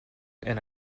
and